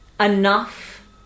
enough